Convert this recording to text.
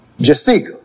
Jessica